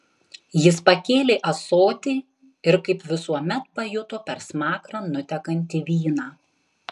jis pakėlė ąsotį ir kaip visuomet pajuto per smakrą nutekantį vyną